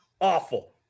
awful